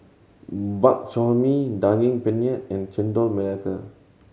Bak Chor Mee Daging Penyet and Chendol Melaka